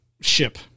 ship